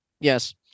Yes